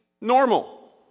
normal